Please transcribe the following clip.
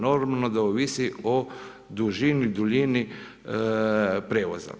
Normalno da ovisi o dužini, duljini prijevoza.